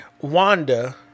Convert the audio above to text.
Wanda